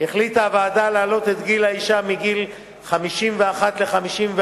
החליטה הוועדה להעלות את גיל האשה מ-51 ל-54